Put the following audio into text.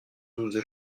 douze